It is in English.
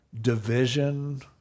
division